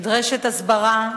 נדרשת הסברה,